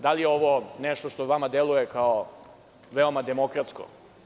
Da li je ovo neštošto vama deluje kao veoma demokratsko?